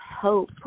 hope